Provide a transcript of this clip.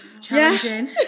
Challenging